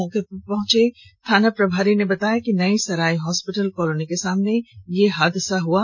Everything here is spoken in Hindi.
मौके पर पहुंचे थाना प्रभारी ने बताया कि नईसराय हॉस्पिटल कॉलोनी के सामने यह घटना हुई है